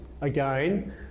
again